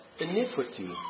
iniquity